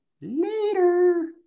later